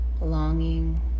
Longing